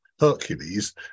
Hercules